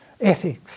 ethics